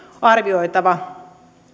arvioitava